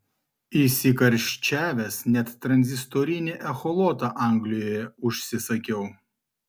įsikarščiavęs net tranzistorinį echolotą anglijoje užsisakiau